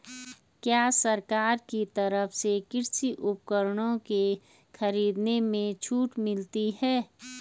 क्या सरकार की तरफ से कृषि उपकरणों के खरीदने में छूट मिलती है?